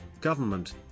government